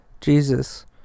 Jesus